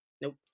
nope